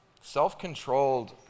Self-controlled